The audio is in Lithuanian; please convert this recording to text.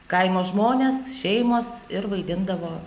kaimo žmonės šeimos ir vaidindavo